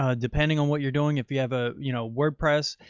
ah depending on what you're doing, if you have a, you know, wordpress,